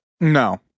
No